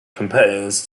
competitors